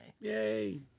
Yay